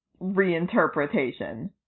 reinterpretation